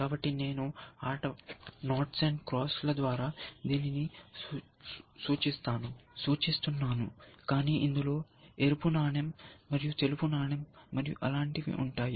కాబట్టి నేను ఆట వంటి నాట్స్ క్రాస్ ల ద్వారా దీనిని సూచిస్తున్నాను కానీ ఇందులో ఎరుపు నాణెం మరియు తెలుపు నాణెం మరియు అలాంటివి ఉంటాయి